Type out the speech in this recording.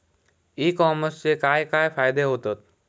E कॉमर्सचे काय काय फायदे होतत?